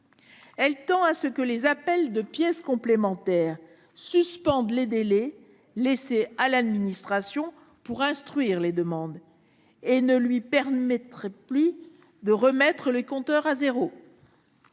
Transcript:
prévoit que les appels de pièces complémentaires suspendront simplement les délais laissés à l'administration pour instruire les demandes, ne permettant plus de remettre les compteurs à zéro.